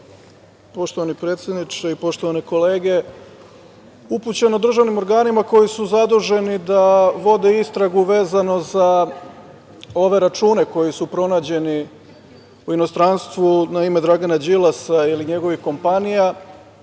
poštovani predsedniče i poštovane kolege, upućeno državnim organima koji su zaduženi da vode istragu vezano za ove račune koji su pronađeni u inostranstvu na ime Dragana Đilasa ili njegovih kompanija